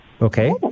Okay